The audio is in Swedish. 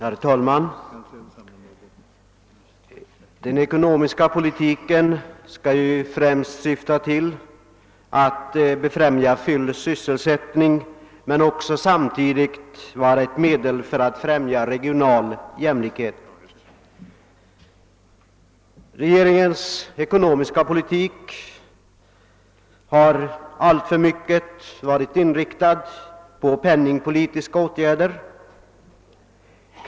Herr talman! Den ekonomiska politiken skall ju i första hand syfta till att befrämja full sysselsättning, men den skall också vara ett medel för att åstadkomma regional jämlighet. Regeringens ekonomiska politik har alltför mycket varit inriktad på penningpolitiska åtgärder.